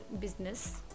business